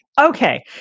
Okay